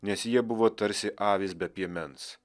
nes jie buvo tarsi avys be piemens